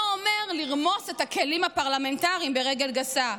אומר לרמוס את הכלים הפרלמנטריים ברגל גסה,